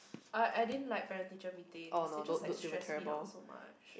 I I didn't like parent teacher meetings it just like stressed me out so much